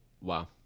Wow